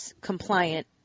compliant